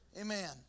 Amen